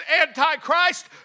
antichrist